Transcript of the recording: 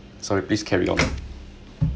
sorry please carry on